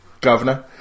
governor